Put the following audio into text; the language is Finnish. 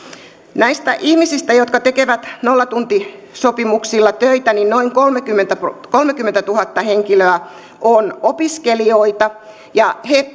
näistä ihmisistä jotka tekevät nollatuntisopimuksilla töitä noin kolmekymmentätuhatta henkilöä on opiskelijoita ja he